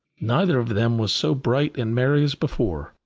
neither of them was so bright and merry as before.